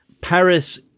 paris